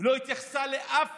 שלא התייחסה לאף